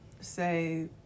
say